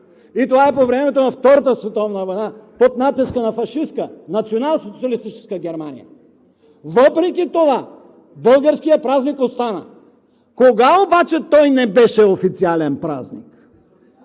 И това е по времето на Втората световна война под натиска на фашистка националсоциалистическа Германия. Въпреки това българският празник остана. Кога обаче той не беше официален празник?